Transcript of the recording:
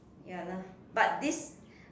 ya lah but this